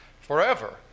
forever